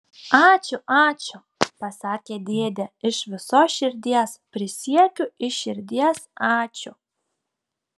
ačiū ačiū pasakė dėdė iš visos širdies prisiekiu iš širdies ačiū